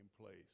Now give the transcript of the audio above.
place